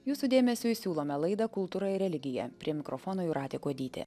jūsų dėmesiui siūlome laidą kultūra ir religija prie mikrofono jūratė kuodytė